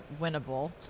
winnable